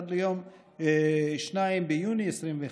עד ליום 2 ביוני 2021,